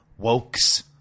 wokes